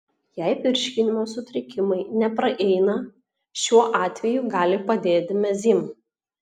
jei virškinimo sutrikimai nepraeina šiuo atveju gali padėti mezym